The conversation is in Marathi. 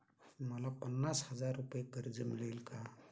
मला पन्नास हजार रुपये कर्ज मिळेल का?